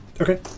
Okay